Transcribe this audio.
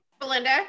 Belinda